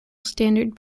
standard